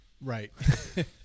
right